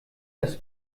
das